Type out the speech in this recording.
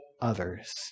others